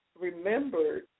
remembered